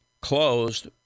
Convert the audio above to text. closed